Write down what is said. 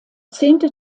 zehnte